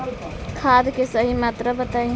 खाद के सही मात्रा बताई?